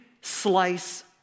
slice